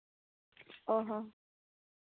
ᱚᱸᱻ ᱦᱚᱸ